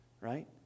right